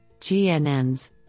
GNNs